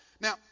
Now